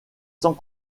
sans